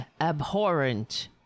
abhorrent